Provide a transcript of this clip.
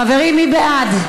חברים, מי בעד?